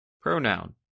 Pronoun